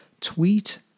tweet